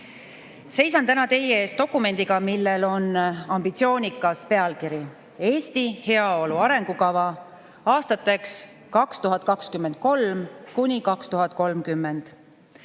Seisan täna teie ees dokumendiga, millel on ambitsioonikas pealkiri, see on Eesti heaolu arengukava aastateks 2023–2030.